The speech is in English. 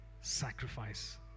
sacrifice